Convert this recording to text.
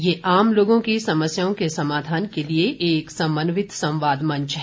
यह आम लोगों की समस्याओं के समाधान के लिए एक समन्वित संवाद मंच है